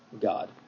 God